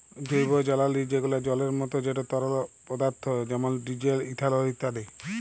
জৈবজালালী যেগলা জলের মত যেট তরল পদাথ্থ যেমল ডিজেল, ইথালল ইত্যাদি